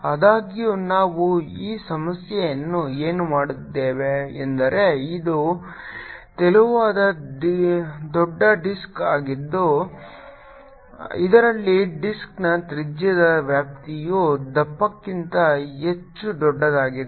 ಆದಾಗ್ಯೂ ನಾವು ಈ ಸಮಸ್ಯೆಯನ್ನು ಏನು ಮಾಡಿದ್ದೇವೆ ಎಂದರೆ ಇದು ತೆಳುವಾದ ದೊಡ್ಡ ಡಿಸ್ಕ್ ಆಗಿದ್ದು ಇದರಲ್ಲಿ ಡಿಸ್ಕ್ನ ತ್ರಿಜ್ಯದ ವ್ಯಾಪ್ತಿಯು ದಪ್ಪಕ್ಕಿಂತ ಹೆಚ್ಚು ದೊಡ್ಡದಾಗಿದೆ